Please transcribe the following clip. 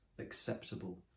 acceptable